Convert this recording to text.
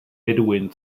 bedouin